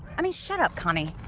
i mean shut up connie,